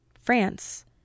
France